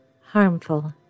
harmful